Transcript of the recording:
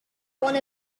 one